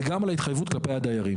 וגם על ההתחייבות כלפי הדיירים.